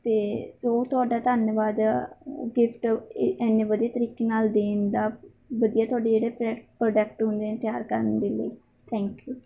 ਅਤੇ ਸੋ ਤੁਹਾਡਾ ਧੰਨਵਾਦ ਗਿਫਟ ਇੰਨੇ ਵਧੀਆ ਤਰੀਕੇ ਨਾਲ ਦੇਣ ਦਾ ਵਧੀਆ ਤੁਹਾਡੇ ਜਿਹੜੇ ਪ੍ਰੋ ਪ੍ਰੋਡਕਟ ਹੁੰਦੇ ਨੇ ਤਿਆਰ ਕਰਨ ਦੇ ਲਈ ਥੈਂਕ ਯੂ